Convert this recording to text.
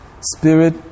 Spirit